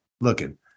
looking